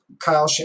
Kyle –